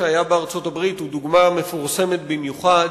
שהיה בארצות-הברית הוא דוגמה מפורסמת במיוחד,